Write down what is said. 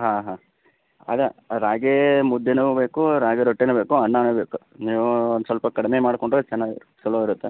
ಹಾಂ ಹಾಂ ಅದೆ ರಾಗೀ ಮುದ್ದೇನೂ ಬೇಕು ರಾಗಿ ರೊಟ್ಟಿನೂ ಬೇಕು ಅನ್ನಾನೂ ಬೇಕು ನೀವು ಒಂದು ಸ್ವಲ್ಪ ಕಡಿಮೆ ಮಾಡಿಕೊಂಡರೆ ಚೆನ್ನಾಗಿರ ಛಲೋ ಇರುತ್ತೆ